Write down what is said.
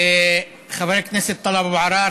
חבר הכנסת טלב אבו עראר,